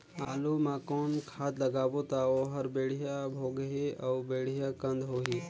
आलू मा कौन खाद लगाबो ता ओहार बेडिया भोगही अउ बेडिया कन्द होही?